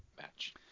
match